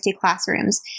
classrooms